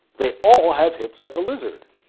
they all have hips like a lizard.